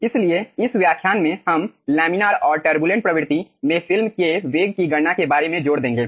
इसलिए इस व्याख्यान में हम लैमिनार और टरबुलेंट प्रवृत्ति में फिल्म के वेग की गणना के बारे में जोर देंगे